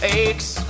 aches